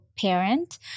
parent